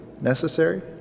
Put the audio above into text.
necessary